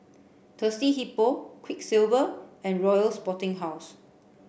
Thirsty Hippo Quiksilver and Royal Sporting House